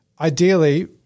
Ideally